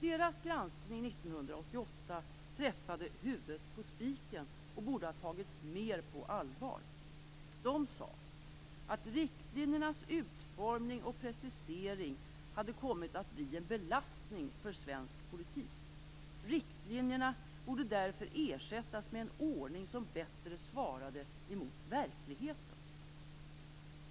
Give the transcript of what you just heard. Dess granskning 1988 träffade huvudet på spiken och borde ha tagits mer på allvar. Man sade att riktlinjernas utformning och precisering hade kommit att bli en belastning för svensk politik. Riktlinjerna borde därför ersättas med en ordning som bättre svarade mot verkligheten.